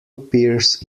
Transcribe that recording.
appears